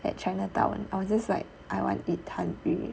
at chinatown or I will just like I want to eat 探鱼